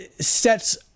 sets